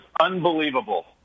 unbelievable